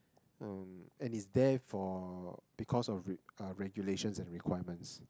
mm and it's there for because of the uh regulations and requirements